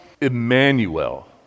Emmanuel